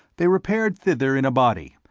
they repaired thither in a body,